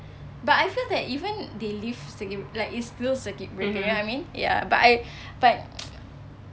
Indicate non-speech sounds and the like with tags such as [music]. but I feel that even they leave circuit like it's still circuit breaker you know what I mean ya but I [breath] like [noise]